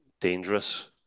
dangerous